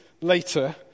later